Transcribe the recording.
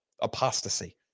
apostasy